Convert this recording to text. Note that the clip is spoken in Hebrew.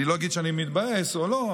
אני לא אגיד אם אני מתבאס או לא,